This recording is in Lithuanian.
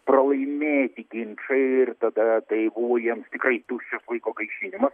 pralaimėti ginčą ir tada tai buvo jiems tikrai tuščias laiko gaišinimas